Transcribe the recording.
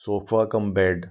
sofa cum bed